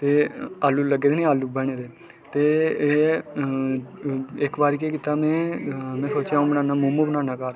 ते आलू लग्गे नेई आलू बने दे ते इक बारी केह् कीता में अ'ऊ सोचेआ में मोमोज बनाना में घर